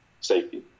safety